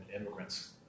immigrants